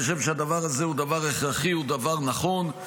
אני חושב שהדבר הזה הוא דבר הכרחי, הוא דבר נכון.